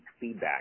feedback